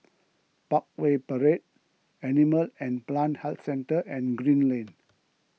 Parkway Parade Animal and Plant Health Centre and Green Lane